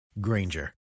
Granger